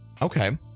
Okay